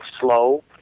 slow